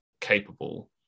capable